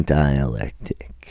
dialectic